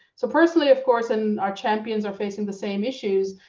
so personally of course, and our champions are facing the same issues,